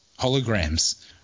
Holograms